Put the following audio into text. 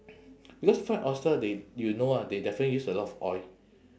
because fried oyster they you know ah they definitely use a lot of oil